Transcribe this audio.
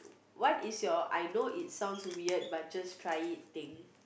what is your I know it sounds weird but just try it thing